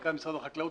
מנכ"ל משרד החקלאות.